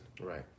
Right